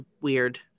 weird